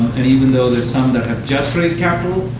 and even though there's some that have just raised capital,